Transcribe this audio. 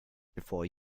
before